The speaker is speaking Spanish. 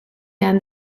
han